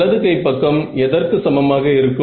வலது கைப்பக்கம் இதற்கு சமமாக இருக்கும்